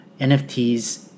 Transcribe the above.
NFTs